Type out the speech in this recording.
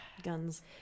Guns